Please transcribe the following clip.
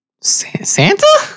Santa